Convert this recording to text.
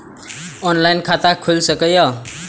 Online खाता खुल सके ये?